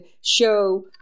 show